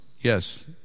Yes